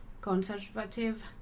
conservative